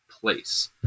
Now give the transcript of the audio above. place